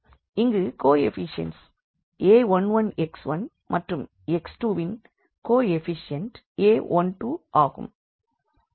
இங்கு coefficients a11x1 மற்றும் x2 ன் கோ எபிஷியன்ட் a12ஆகும்